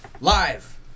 live